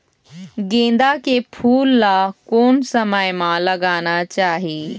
गेंदा के फूल ला कोन समय मा लगाना चाही?